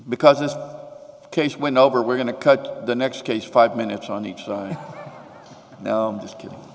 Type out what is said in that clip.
because this what case went over we're going to cut the next case five minutes on each side no just kidding